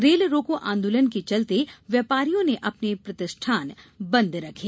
rail रोकों आंदोलन के चलते व्यापारियों ने अपने प्रतिष्ठान बन्द रखे